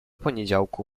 poniedziałku